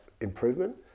improvement